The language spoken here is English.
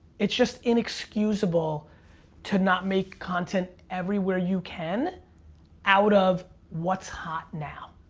it's just inexcusable to not make content everywhere you can out of what's hot now.